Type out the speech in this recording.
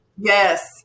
yes